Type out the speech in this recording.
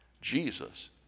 Jesus